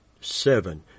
seven